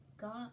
got